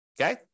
okay